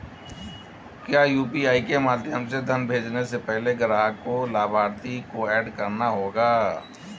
क्या यू.पी.आई के माध्यम से धन भेजने से पहले ग्राहक को लाभार्थी को एड करना होगा?